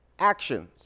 Actions